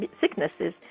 sicknesses